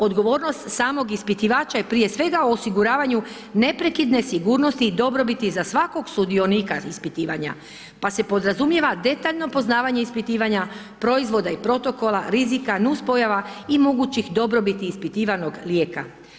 Odgovornost samog ispitivača je prije svega u osiguravanju neprekidne sigurnosti i dobrobiti za svakog sudionika ispitivanja, pa se podrazumijeva detaljno poznavanje ispitivanja, proizvoda i protokola, rizika, nuspojava i mogućih dobrobiti ispitivanog lijeka.